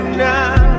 now